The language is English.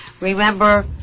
remember